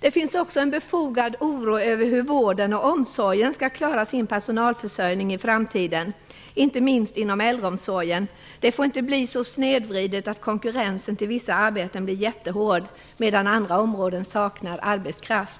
Det finns också en befogad oro över hur vården och omsorgen skall klara sin personalförsörjning i framtiden, inte minst inom äldreomsorgen. Det får inte bli en sådan snedvridning att konkurrensen till vissa arbeten blir jättehård medan andra områden saknar arbetskraft.